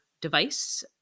device